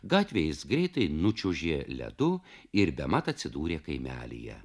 gatvėj jis greitai nučiuožė ledu ir bemat atsidūrė kaimelyje